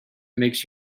makes